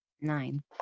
Nine